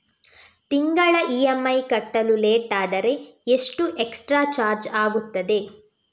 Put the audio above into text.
ತಿಂಗಳ ಇ.ಎಂ.ಐ ಕಟ್ಟಲು ಲೇಟಾದರೆ ಎಷ್ಟು ಎಕ್ಸ್ಟ್ರಾ ಚಾರ್ಜ್ ಆಗುತ್ತದೆ?